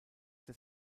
der